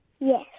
Yes